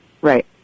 Right